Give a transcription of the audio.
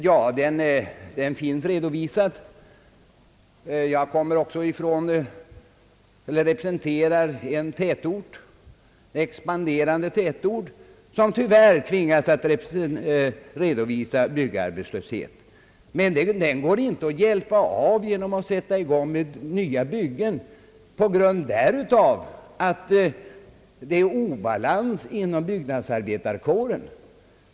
Ja, den finns redovisad. Jag representerar en expanderande region som tyvärr tvingas redovisa byggarbetslöshet, men den går inte att avhjälpa genom att sätta i gång nya byggen, beroende på att det råder obalans inom byggnadsarbetarkåren.